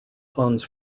funds